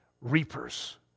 reapers